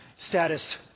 status